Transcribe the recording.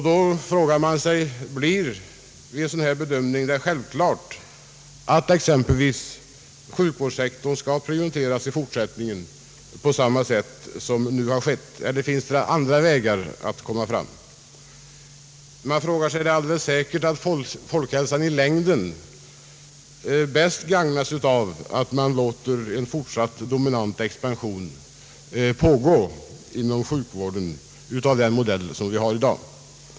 Då ställer jag frågan: Blir det vid en sådan bedömning självklart att exempelvis sjukvårdssektorn skall prioriteras i fortsättningen på samma sätt som hittills skett, eller finns det andra vägar att komma fram på? Vidare är frågan: Är det alldeles säkert att folkhälsan i längden bäst gagnas av en fortsatt dominant expansion av sjukvården av den modell vi har i dag?